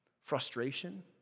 frustration